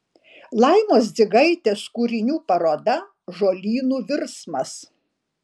laimos dzigaitės kūrinių paroda žolynų virsmas